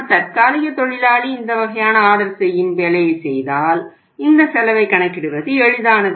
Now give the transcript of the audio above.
ஒரு தற்காலிக தொழிலாளி இந்த வகையான ஆர்டர் செய்யும் வேலையைச் செய்தால் இந்த செலவைக் கணக்கிடுவது எளிதானது